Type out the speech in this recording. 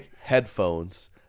headphones